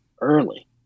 early